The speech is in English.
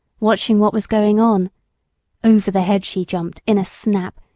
watching what was going on over the hedge he jumped in a snap,